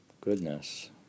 Goodness